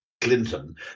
Clinton